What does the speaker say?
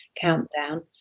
countdown